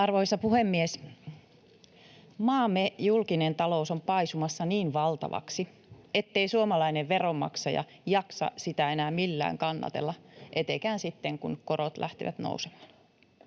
Arvoisa puhemies! Maamme julkinen talous on paisumassa niin valtavaksi, ettei suomalainen veronmaksaja jaksa sitä enää millään kannatella etenkään sitten, kun korot lähtevät nousemaan.